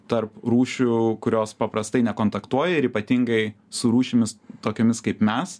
tarp rūšių kurios paprastai nekontaktuoja ir ypatingai su rūšimis tokiomis kaip mes